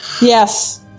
Yes